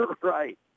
Right